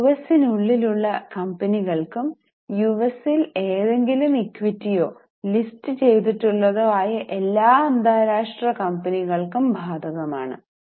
ഇത് U S നുള്ളിൽ ഉള്ള കമ്പനികൾക്കും യുഎസിൽ ഏതെങ്കിലും ഇക്വിറ്റിയോ ലിസ്റ്റുചെയ്തിട്ടുള്ള എല്ലാ അന്താരാഷ്ട്ര കമ്പനികൾക്കും ബാധകമാണ്